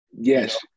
Yes